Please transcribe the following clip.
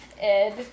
Ed